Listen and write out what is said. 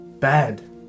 bad